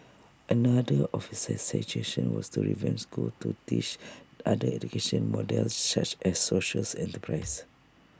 another of his suggestion was to revamp schools to teach other education models such as socials enterprise